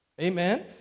Amen